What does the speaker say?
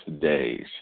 days